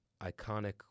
iconic